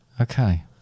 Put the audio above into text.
Okay